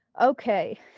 okay